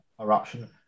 eruption